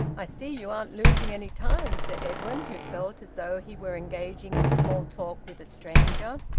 i see you aren't losing any time, said edwin, who felt as though he were engaging in small-talk with a stranger.